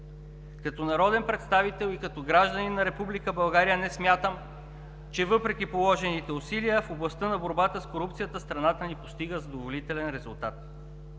Като народен представител и като гражданин на Република България не смятам, че въпреки положените усилия в областта на борбата с корупцията страната ни постига задоволителен резултат.